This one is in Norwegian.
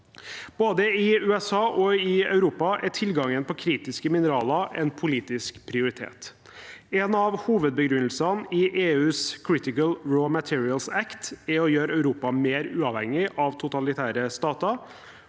Både i USA og i Europa er tilgangen på kritiske mineraler en politisk prioritet. En av hovedbegrunnelsene i EUs Critical Raw Materials Act er å gjøre Europa mer uavhengig av totalitære stater